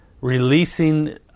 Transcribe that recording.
releasing